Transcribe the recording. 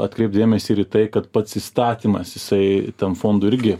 atkreipt dėmesį ir į tai kad pats įstatymas jisai tam fondui irgi